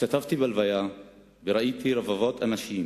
השתתפתי בהלוויה וראיתי רבבות אנשים